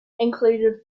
included